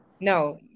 no